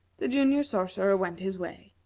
the junior sorcerer went his way.